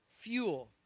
fuel